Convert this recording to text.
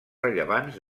rellevants